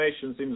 seems